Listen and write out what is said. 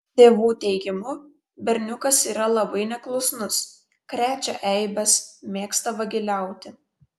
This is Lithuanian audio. tėvų teigimu berniukas yra labai neklusnus krečia eibes mėgsta vagiliauti